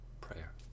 prayer